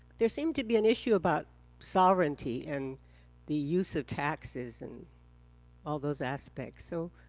there seems to be an issue about sovereignty and the use of taxes and all those aspects. so,